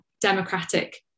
democratic